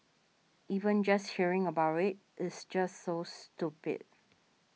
even just hearing about it is just so stupid